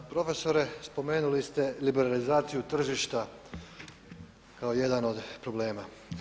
Profesore spomenuli ste liberalizaciju tržišta kao jedan od problema.